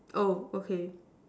oh okay